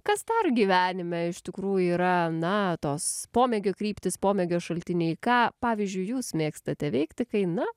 kas dar gyvenime iš tikrųjų yra na tos pomėgių kryptys pomėgių šaltiniai ką pavyzdžiui jūs mėgstate veikti kai na